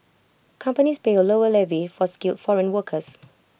companies pay A lower levy for skilled foreign workers